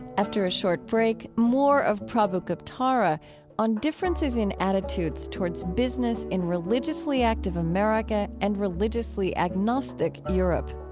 after a short break, more of prabhu guptara on differences in attitudes towards business in religiously active america and religiously agnostic europe.